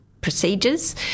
procedures